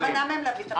מה מנע מהם ---?